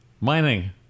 mining